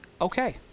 okay